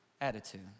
attitude